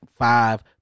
Five